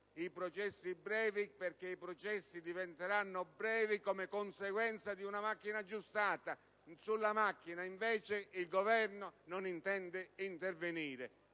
i processi brevi, perché diventeranno tali come conseguenza di una macchina aggiustata. Sulla macchina, invece, il Governo non intende intervenire.